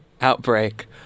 outbreak